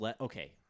Okay